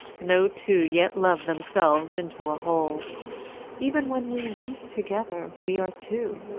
no two yet loved themselves into a whole even when we weep together we are two.